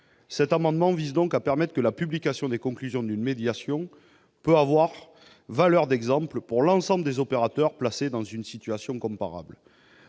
Cet amendement vise donc à permettre que la publication des conclusions d'une médiation ait valeur d'exemple pour l'ensemble des opérateurs placés dans une situation comparable.